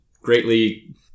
greatly